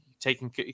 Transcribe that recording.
taking